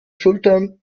schultern